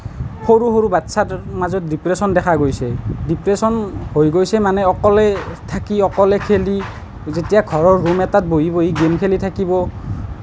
সৰু সৰু বাচ্ছাৰ মাজত ডিপ্ৰেশ্যন দেখা গৈছে ডিপ্ৰেশ্যন হৈ গৈছে মানে অকলে থাকি অকলে খেলি যেতিয়া ঘৰৰ ৰুম এটাত বহি বহি গেম খেলি থাকিব